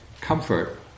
comfort